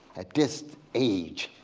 at this age,